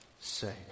say